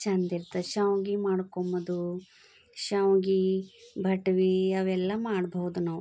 ಚಂದ ಇರ್ತದೆ ಶ್ಯಾವಿಗೆ ಮಾಡ್ಕೊಮದು ಶ್ಯಾವಿಗೆ ಭಟ್ವಿ ಅವೆಲ್ಲ ಮಾಡ್ಬೌದು ನಾವು